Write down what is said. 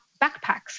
backpacks